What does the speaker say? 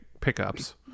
pickups